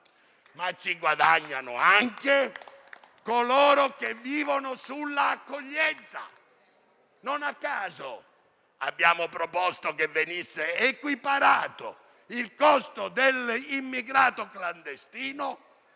ma anche coloro che vivono sull'accoglienza. Non a caso abbiamo proposto che venisse equiparato il costo dell'immigrato clandestino